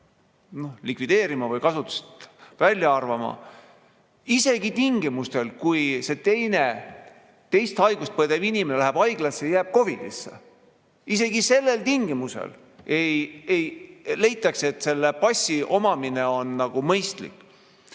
peaks likvideerima või kasutusest välja arvama. Isegi tingimustel, kui see teist haigust põdev inimene läheb haiglasse ja jääb COVID-isse, isegi sellel tingimusel leitakse, et selle passi omamine on mõistlik.